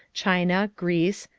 china, greece,